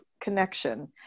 Connection